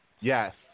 Yes